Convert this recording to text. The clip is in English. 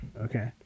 okay